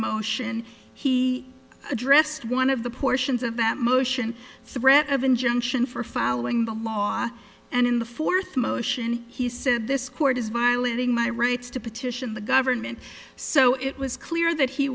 motion he addressed one of the portions of that motion threat of injunction for following the law and in the fourth motion he said this court is violating my rights to petition the government so it was clear that he